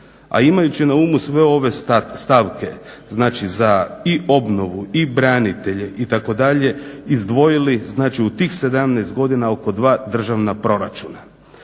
a imajući na umu sve ove stavke, znači i za obnovu i branitelje itd. izdvojili znači u tih 17 godina oko dva državna proračuna.